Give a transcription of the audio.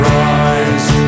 rise